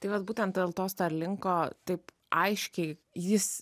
tai vat būtent dėl to starlinko taip aiškiai jis